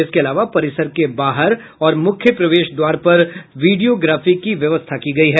इसके अलावा परिसर के बाहर और मुख्य प्रवेश द्वार पर विडियोग्राफी की व्यवस्था की गयी है